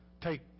take